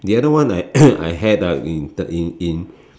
the other one I I have ah in in in